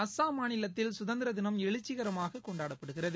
அஸாம் மாநிலத்தில் சுதந்திர தினம் எழுச்சிகரமாக கொண்டாடப்படுகிறது